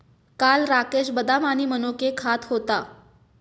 काल राकेश बदाम आणि मनुके खात होता